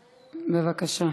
בבקשה.